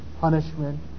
punishment